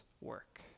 work